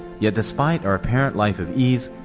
yet, despite our apparent life of ease,